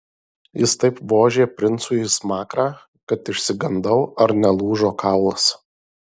jis taip vožė princui į smakrą kad išsigandau ar nelūžo kaulas